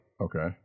Okay